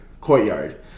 courtyard